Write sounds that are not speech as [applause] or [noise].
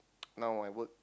[noise] now I work